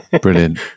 Brilliant